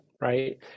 right